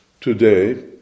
Today